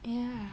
ya